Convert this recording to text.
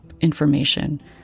information